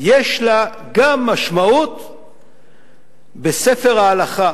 יש לו גם משמעות בספר ההלכה?